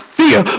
fear